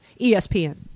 ESPN